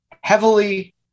Heavily